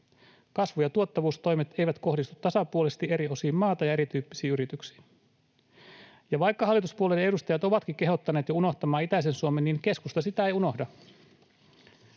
Kasvu- ja tuottavuustoimet eivät kohdistu tasapuolisesti eri osiin maata ja erityyppisiin yrityksiin. Vaikka hallituspuolueiden edustajat ovatkin kehottaneet jo unohtamaan itäisen Suomen, niin keskusta sitä ei unohda,